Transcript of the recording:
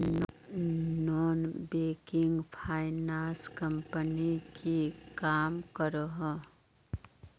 Non banking finance company की काम करोहो?